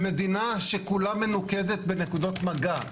במדינה שכולה מנוקדת בנקודות מגע,